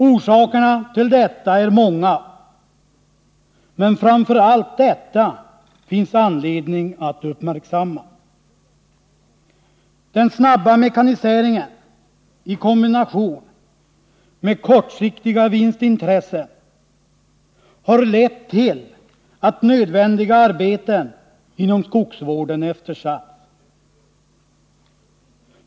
Orsakerna till detta är många, men det finns anledning att framför allt uppmärksamma följande. Den snabba mekaniseringen i kombination med kortsiktiga vinstintressen har lett till att nödvändiga arbeten inom skogsvården eftersatts.